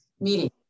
meeting